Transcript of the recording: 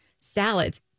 salads